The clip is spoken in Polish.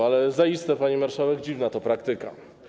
Ale zaiste, pani marszałek, dziwna to praktyka.